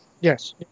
Yes